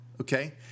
okay